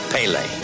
Pele